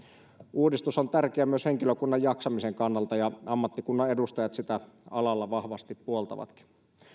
uudistus on tärkeä myös henkilökunnan jaksamisen kannalta ja ammattikunnan edustajat sitä alalla vahvasti puoltavatkin